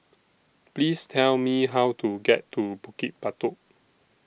Please Tell Me How to get to Bukit Batok